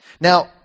Now